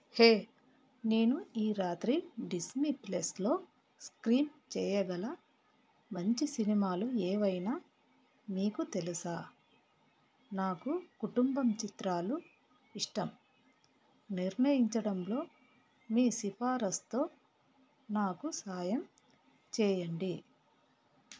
హే నేను ఈ రాత్రి డిస్నీ ప్లస్లో స్ట్రీమ్ చేయగల మంచి సినిమాలు ఏవైనా మీకు తెలుసా నాకు కుటుంబం చిత్రాలు ఇష్టం నిర్ణయించడంలో మీ సిఫారసుతో నాకు సాయం చేయండి